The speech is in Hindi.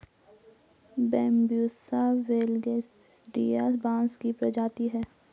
बैम्ब्यूसा वैलगेरिस बाँस की प्रजाति है